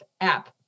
app